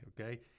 okay